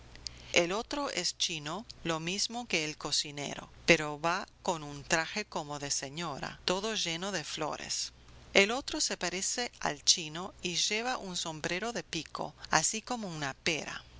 el otro es chino lo mismo que el cocinero pero va con un traje como de señora todo lleno de flores el otro se parece al chino y lleva un sombrero de pico así como una pera